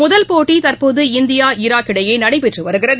முதல் போட்டி தற்போது இந்தியா ஈராக் இடையே நடைபெற்று வருகிறது